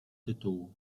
tytułu